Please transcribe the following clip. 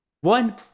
one